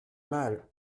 mal